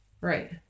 right